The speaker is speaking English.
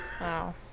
Wow